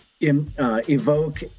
evoke